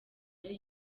nari